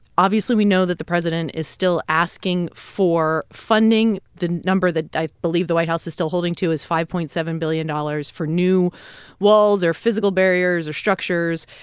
obviously, we know that the president is still asking for funding. the number that i believe the white house is still holding to is five point seven billion dollars for new walls or physical barriers or structures.